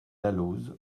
dalloz